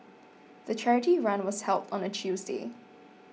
the charity run was held on a Tuesday